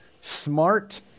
smart